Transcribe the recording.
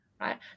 right